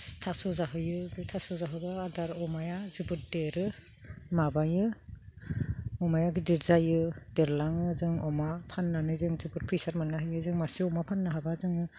थास' जाहोयो बे थास' जाहोबा आदार अमाया जोबोद देरो माबायो अमाया गिदिर जायो देरलाङो जों अमा फाननानै जों जोबोर फैसार मोननो हायो जों मासे अमा फाननो हाबा जों